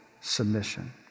submission